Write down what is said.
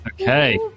Okay